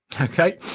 okay